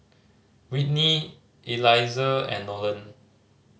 Whitney Eliezer and Nolen